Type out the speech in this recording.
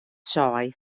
sei